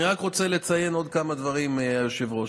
אני רק רוצה לציין עוד כמה דברים, היושב-ראש.